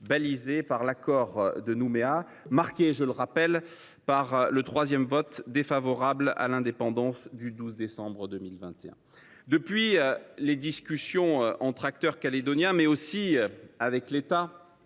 balisé par l’accord de Nouméa et marqué, je le rappelle, par le troisième vote défavorable à l’indépendance du 12 décembre 2021. Depuis cette date, les discussions entre acteurs calédoniens, mais aussi avec l’État,